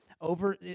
over